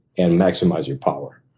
and maximize your power.